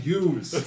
use